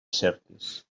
cerquis